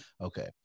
okay